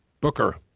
Booker